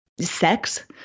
Sex